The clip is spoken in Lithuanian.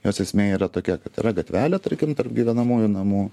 jos esmė yra tokia kad yra gatvelė tarkim tarp gyvenamųjų namų